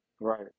right